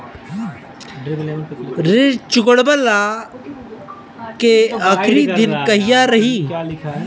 ऋण चुकव्ला के आखिरी दिन कहिया रही?